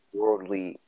worldly